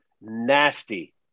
nasty